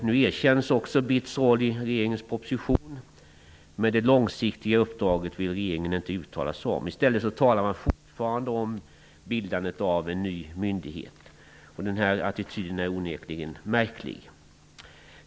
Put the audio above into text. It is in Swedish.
Nu erkänns också BITS roll i regeringens proposition. Det långsiktiga uppdraget vill regeringen emellertid inte uttala sig om. I stället talar man fortfarande om bildandet av en ny myndighet. Den här attityden är onekligen märklig.